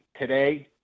today